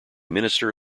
minister